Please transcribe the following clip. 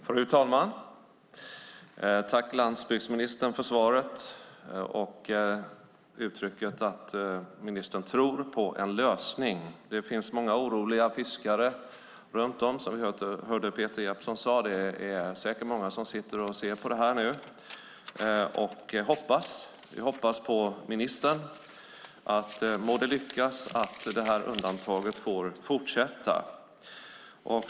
Fru talman! Tack, landsbygdsministern, för svaret och uttrycket för tron på en lösning! Det finns många oroliga fiskare runt om, som vi hörde Peter Jeppsson säga, och det är säkert många som ser på detta nu. Vi hoppas att det må lyckas ministern att få detta undantag att fortsätta.